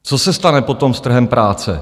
Co se stane potom s trhem práce?